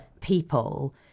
people